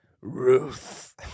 Ruth